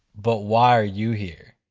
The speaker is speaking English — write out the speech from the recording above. but why are you here?